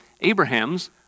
Abraham's